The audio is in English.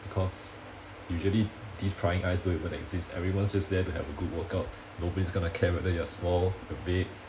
because usually these prying eyes don't even exist everyone's just there to have a good workout nobody's going to care whether you're small you're big